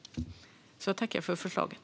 Jag tackar för förslaget.